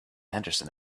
henderson